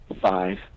five